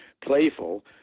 playful